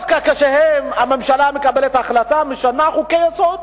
הממשלה מקבלת החלטה, משנה חוקי-יסוד,